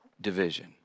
division